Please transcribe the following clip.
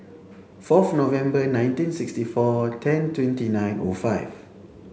fourth November nineteen sixty four ten twenty nine O five